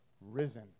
risen